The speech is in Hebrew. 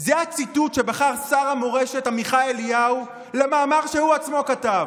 זה הציטוט שבחר שר המורשת עמיחי אליהו למאמר שהוא עצמו כתב.